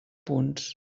punts